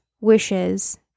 wishes